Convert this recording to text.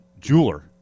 jeweler